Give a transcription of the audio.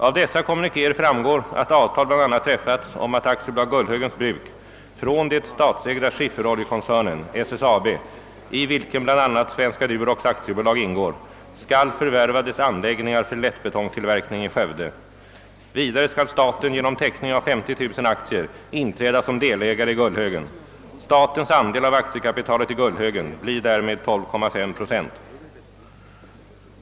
Av dessa kommunikéer framgår att avtal bl.a. träffats om att AB Gullhögens Bruk från den statsägda Skifferoljekoncernen , i vilken Svenska Durox AB ingår, skall förvärva dess anläggningar för lättbetongtillverkning i Skövde. Vidare skall staten genom teckning av 50 000 aktier inträda som delägare i Gullhögen. Statens andel av aktiekapitalet i Gullhögen blir därmed 12,5 procent.